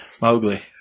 Mowgli